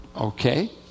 Okay